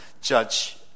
judge